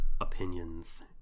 Opinions